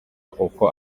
uko